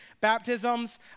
baptisms